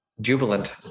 jubilant